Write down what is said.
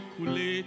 Kule